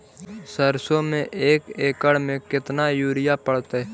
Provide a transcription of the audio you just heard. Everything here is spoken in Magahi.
सरसों में एक एकड़ मे केतना युरिया पड़तै?